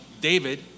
David